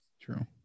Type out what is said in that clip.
true